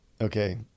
okay